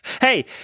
Hey